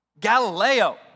Galileo